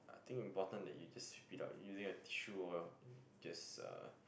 I think important that you just spit out using a tissue or just uh